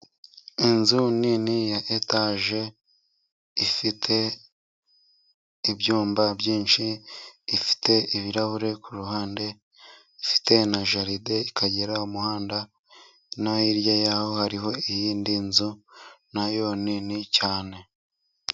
Inzu nini ya Etaje ifite ibyumba byinshi ,ifite ibirahuri ku ruhande ,ifite na jaride, ikagira umuhanda no hirya y'aho hariho indi nzu nayo nini cyane.